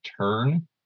turn